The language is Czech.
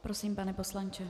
Prosím, pane poslanče.